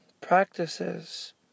practices